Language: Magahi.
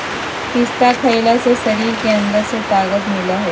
पिस्ता खईला से शरीर के अंदर से ताक़त मिलय हई